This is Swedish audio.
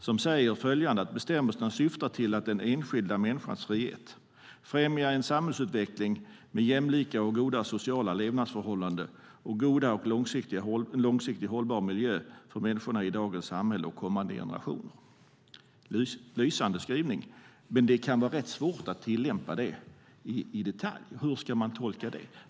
Den säger följande: "Bestämmelserna syftar till att, med hänsyn till den enskilda människans frihet, främja en samhällsutveckling med jämlika och goda sociala levnadsförhållanden och god och långsiktigt hållbar livsmiljö för människorna i dagens samhälle och för kommande generationer." Det är en lysande skrivning. Men det kan vara rätt svårt att tillämpa det i detalj. Hur ska man tolka det?